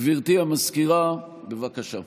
גברתי המזכירה, בבקשה.